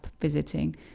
visiting